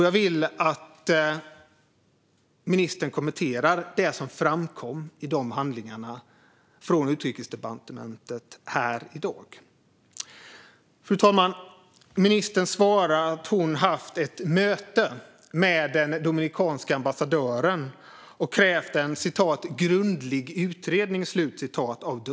Jag vill att ministern här i dag kommenterar det som framkom i de handlingarna från Utrikesdepartementet. Fru talman! Ministern svarar att hon haft ett möte med den dominikanska ambassadören och krävt att dödsfallen "utreds grundligt".